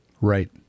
Right